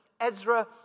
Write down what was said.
Ezra